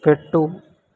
పెట్టు